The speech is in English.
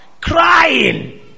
Crying